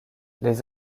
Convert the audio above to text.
les